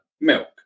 milk